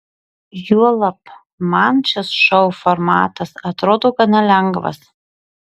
juolab man šis šou formatas atrodo gana lengvas